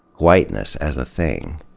whiteness as a thing.